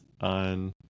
on